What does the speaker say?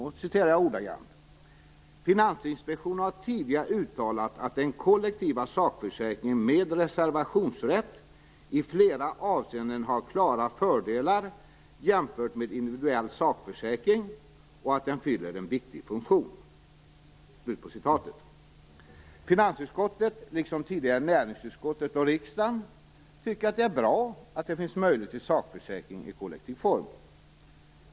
Jag citerar: "Finansinspektionen har tidigare uttalat att den kollektiva sakförsäkringen med reservationsrätt i flera avseenden har klara fördelar jämfört med individuell sakförsäkring och att den fyller en viktig funktion." Finansutskottet, liksom tidigare näringsutskottet och riksdagen, tycker att det är bra att det finns möjlighet till sakförsäkring i kollektiv form.